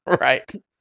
Right